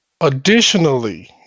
additionally